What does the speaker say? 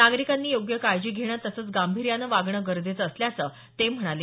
नागरिकांनी योग्य काळजी घेणं तसंच गांभीर्यानं वागणं गरजेचं असल्याचं ते म्हणाले